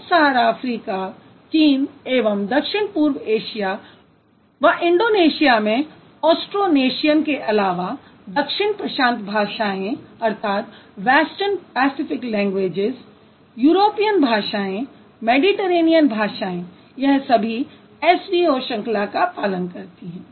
उप Sahara Africa चीन एवं दक्षिण पूर्व एशिया व इंडोनेशिया में ऑस्ट्रोनेशियन के अलावा दक्षिण प्रशांत भाषाएँ यूरोपेयन भाषाएँ मैडीटरेनियन भाषाएँ यह सभी SVO श्रंखला का पालन करतीं हैं